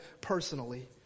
personally